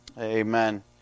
Amen